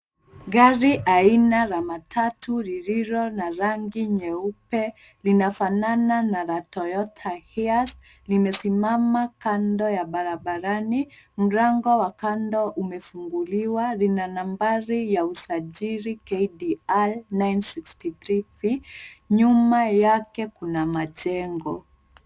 Gari aina la matatu lililo na rangi nyeupe linafanana na la Toyota Hiace, limesimama kando ya barabarani, mlango wa kando umefunguliwa lina nambari ya usajili KDR 963V . Nyuma yake kuna majengo.